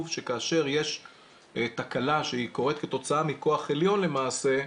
שכאשר יש תקלה שהיא קורית כתוצאה מכוח עליון למעשה,